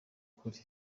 ukuri